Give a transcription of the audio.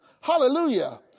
Hallelujah